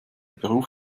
beruf